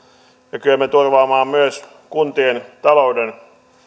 ja kykenemme turvaamaan myös kuntien talouden